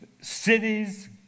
Cities